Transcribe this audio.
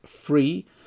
free